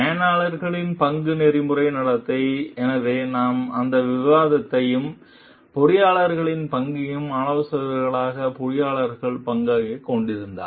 மேலாளர்களின் பங்கு நெறிமுறை நடத்தை எனவே நாம் அந்த விவாதத்தையும் பொறியியலாளர்களின் பங்கையும் ஆலோசகர்களாக பொறியியலாளர்களின் பங்காகக் கொண்டிருந்ததால்